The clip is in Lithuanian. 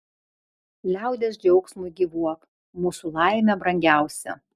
liaudies džiaugsmui gyvuok mūsų laime brangiausia